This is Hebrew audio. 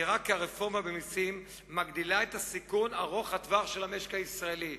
נראה כי הרפורמה במסים מגדילה את הסיכון ארוך הטווח של המשק הישראלי.